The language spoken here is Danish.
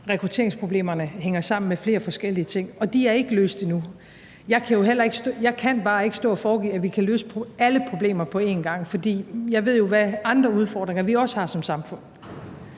Rekrutteringsproblemerne hænger sammen med flere forskellige ting, og de er ikke løst endnu. Jeg kan bare ikke stå og foregive, at vi kan løse alle problemer på en gang, fordi jeg jo ved, hvilke andre udfordringer vi også har som samfund